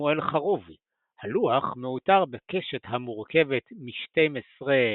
שמואל חרובי הלוח מעוטר בקשת המורכבת משתים עשרה